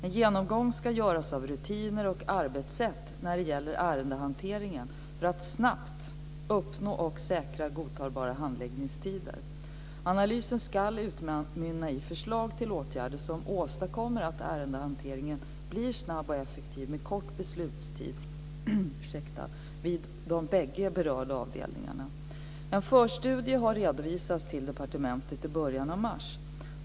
En genomgång ska göras av rutiner och arbetssätt när det gäller ärendehanteringen för att snabbt uppnå och säkra godtagbara handläggningstider. Analysen ska utmynna i förslag till åtgärder som åstadkommer att ärendehanteringen blir snabb och effektiv med kort beslutstid vid de bägge berörda avdelningarna. En förstudie har redovisats till departementet i början av mars.